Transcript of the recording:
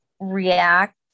react